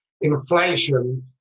inflation